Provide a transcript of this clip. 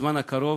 בזמן הקרוב